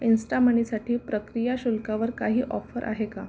इन्स्टामनीसाठी प्रक्रिया शुल्कावर काही ऑफर आहे का